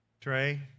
Trey